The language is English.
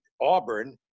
Auburn